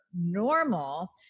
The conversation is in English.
normal